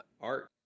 art